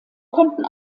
konnten